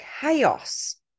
chaos